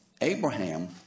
Abraham